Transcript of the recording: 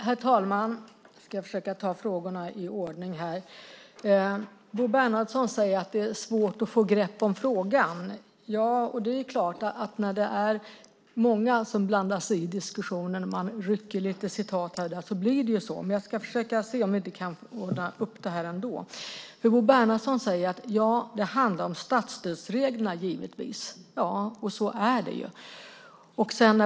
Herr talman! Jag ska försöka ta frågorna i ordning. Bo Bernhardsson säger att det är svårt att få grepp om frågan. Ja, det är klart att det blir så när det är många som blandar sig i diskussionen och rycker citat här och där. Men vi kanske kan ordna upp det ändå. Bo Bernhardsson säger att det givetvis handlar om statsstödsreglerna. Ja, så är det.